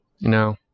no